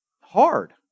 hard